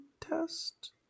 test